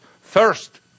first